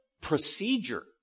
procedure